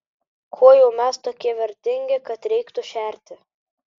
kuo jau mes tokie vertingi kad reiktų šerti